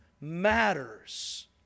matters